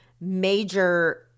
major